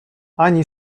ani